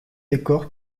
décor